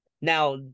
Now